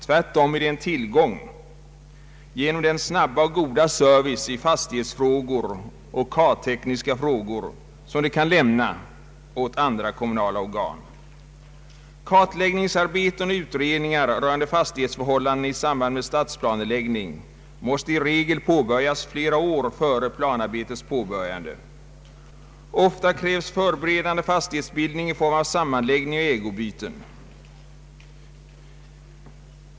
Tvärtom är det en tillgång genom den snabba och goda service i fastighetsfrågor och karttekniska frågor som det kan lämna åt andra kommunala organ. Kartläggningsarbeten och utredningar rörande fastighetsförhållanden i samband med stadsplaneläggning måste i regel påbörjas flera år före planarbetets påbörjande. Ofta krävs förberedande fastighetsbildning i form av sammanläggningar och ägoutbyten.